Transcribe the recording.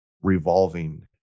revolving